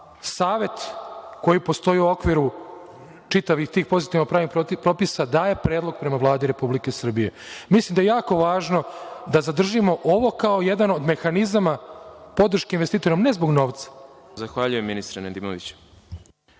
savet koji postoji u okviru čitavih tih pozitivno pravnih propisa daje predlog prema Vladi Republike Srbije. Mislim da je jako važno da zadržimo ovo kao jedan od mehanizama podrške investitorima, ne zbog novca. **Đorđe Milićević**